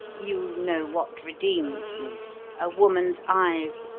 you know what redeemed me a woman's eyes,